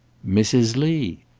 mrs. lee!